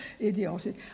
idiotic